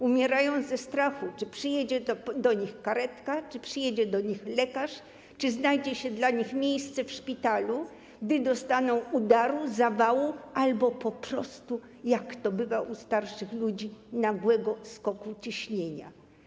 Umierają ze strachu, czy przyjedzie do nich karetka, czy przyjedzie do nich lekarz, czy znajdzie się dla nich miejsce w szpitalu, gdy dostaną udaru, zawału albo po prostu, jak to bywa u starszych ludzi, nastąpi nagły skok ciśnienia.